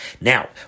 now